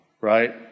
right